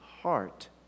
heart